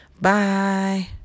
Bye